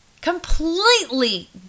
completely